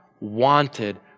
wanted